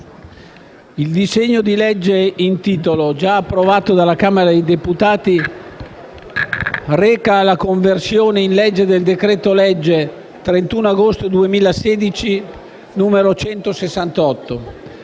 Il disegno di legge in titolo, già approvato dalla Camera dei deputati, reca la conversione in legge del decreto-legge 31 agosto 2016, n. 168.